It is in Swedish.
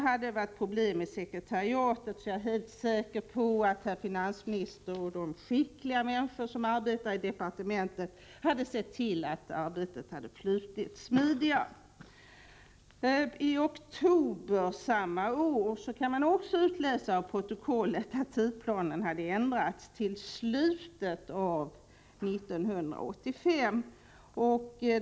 Hade det varit problem i sekretariatet är jag säker på att finansministern och de skickliga människor som arbetar inom departementet hade sett till att arbetet hade flutit smidigare. I oktober samma år kunde man läsa i protokollet att tidsplanen ändrats till slutet av 1985.